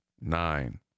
Nine